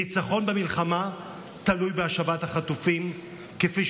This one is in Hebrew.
ניצחון במלחמה תלוי בהשבת החטופים כפי